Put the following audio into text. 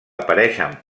apareixen